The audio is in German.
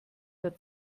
der